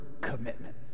commitment